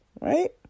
right